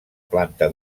planta